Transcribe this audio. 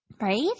Right